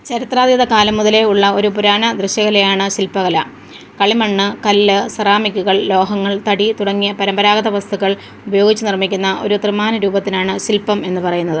ചരിത്രാതീത കാലം മുതലേ ഉള്ള ഒരു പുരാതന ദൃശ്യകലയാണ് ശിൽപ്പകല കളിമണ്ണ് കല്ല് സെറാമിക്കുകൾ ലോഹങ്ങൾ തടി തുടങ്ങിയ പരമ്പരാഗത വസ്തുക്കൾ ഉപയോഗിച്ച് നിർമ്മിക്കുന്ന ഒരു ത്രിമാന രൂപത്തിനാണ് ശിൽപം എന്ന് പറയുന്നത്